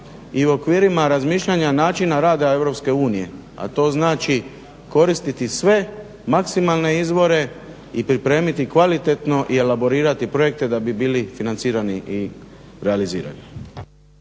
i u okvirima razmišljanja načina rada EU. A to znači koristiti sve maksimalne izvore i pripremiti kvalitetno i elaborirati projekte da bi bili financirani i realizirani.